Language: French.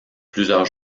plusieurs